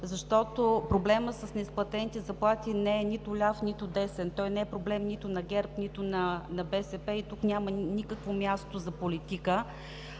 заплати. Проблемът с неизплатените заплати не е нито ляв, нито десен, той не е проблем нито на ГЕРБ, нито на БСП и тук няма никакво място за политика.